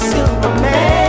Superman